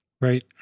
Right